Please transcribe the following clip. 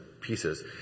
pieces